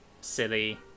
Silly